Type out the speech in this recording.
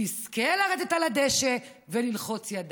תזכה לרדת לדשא ללחוץ ידיים.